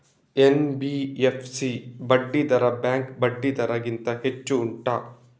NBFC ಬಡ್ಡಿ ದರ bank ಬಡ್ಡಿ ದರ ಗಿಂತ ಹೆಚ್ಚು ಉಂಟಾ